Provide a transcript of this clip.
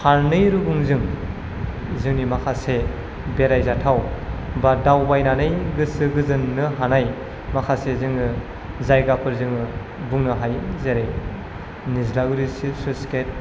फारनै रुगुंजों जोंनि माखासे बेरायजाथाव बा दावबायनानै गोसो गोजोनो हानाय माखासे जोङो जायगाफोर जोङो बुंनो हायो जेरै निज्लागुरि स्लुइस गेट